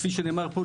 כפי שנאמר פה,